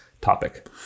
topic